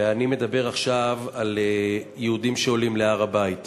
ואני מדבר עכשיו על יהודים שעולים להר-הבית